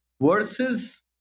versus